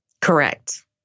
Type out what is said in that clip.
Correct